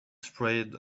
sprayed